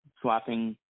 swapping